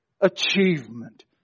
achievement